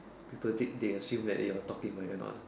people think they assume that you are talking but you are not